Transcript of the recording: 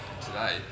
today